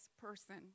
person